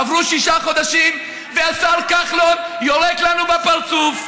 עברו שישה חודשים, והשר כחלון יורק לנו בפרצוף.